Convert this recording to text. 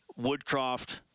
Woodcroft